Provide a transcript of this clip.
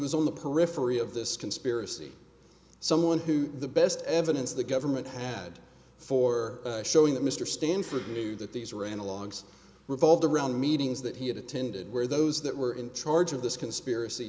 was on the periphery of this conspiracy someone who the best evidence the government had for showing that mr stanford knew that these were analogues revolved around meetings that he had attended where those that were in charge of this conspiracy